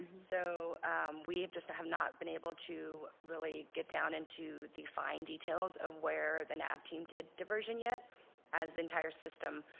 so we have just not been able to really get down into the fine details of where the nav team did diversion yet as the entire system,